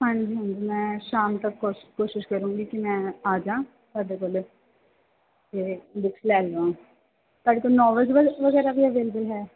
ਹਾਂਜੀ ਹਾਂਜੀ ਮੈਂ ਸ਼ਾਮ ਤੱਕ ਕੋ ਕੋਸ਼ਿਸ਼ ਕਰਾਂਗੀ ਕਿ ਮੈਂ ਆਜਾ ਤੁਹਾਡੇ ਕੋਲ ਅਤੇ ਬੁੱਕਸ ਲੈ ਲਵਾਂ ਤੁਹਾਡੇ ਕੋਲ ਨੋਬਲ ਵਗੈਰਾ ਵੀ ਅਵੇਲੇਬਲ ਹੈ